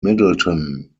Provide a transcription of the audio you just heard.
middleton